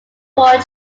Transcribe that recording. bowl